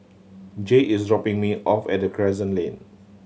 Jay is dropping me off at Crescent Lane